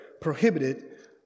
prohibited